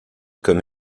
comme